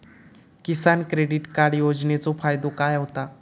किसान credit card योजनेचो फायदो काय होता?